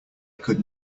could